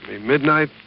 midnight